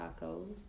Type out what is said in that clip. Tacos